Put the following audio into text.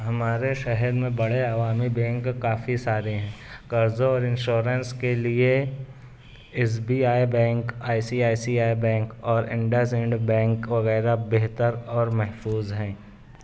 ہمارے شہر میں بڑے عوامی بینک کافی سارے ہیں قرضوں اور انشیورینس کے لئے S B I bank I C I C I bank اور انڈاس انڈ بینک وغیرہ بہتر اور محفوظ ہیں